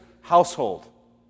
household